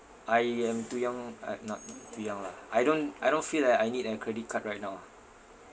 I am too young uh not too young lah I don't I don't feel like I need a credit card right now ah